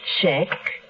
Check